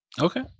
okay